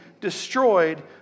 destroyed